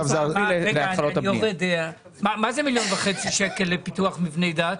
מה זה מיליון וחצי שקלים לפיתוח מבני דת?